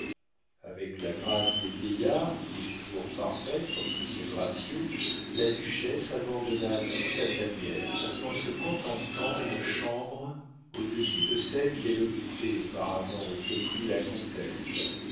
avec la grâce des vieillards qui est toujours parfaite quand ils sont gracieux la duchesse abandonna tout à sa nièce en se contentant d'une chambre au-dessus de celle qu'elle occupait auparavant et que prit la comtesse